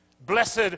Blessed